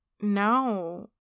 no